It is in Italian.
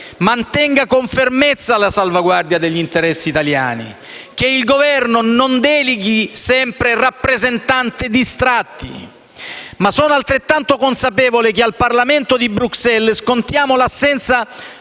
mantenga con fermezza la salvaguardia degli interessi italiani e che non deleghi sempre rappresentanti distratti; ma sono altrettanto consapevole che, al Parlamento di Bruxelles, scontiamo l'assenza